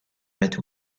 met